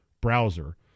browser